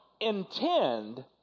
intend